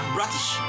British